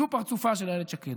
זה פרצופה של אילת שקד.